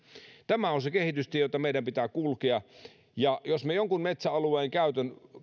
tämä on se kehitystie jota meidän pitää kulkea jos me jonkun metsäalueen käytön